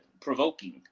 provoking